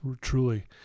truly